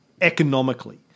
economically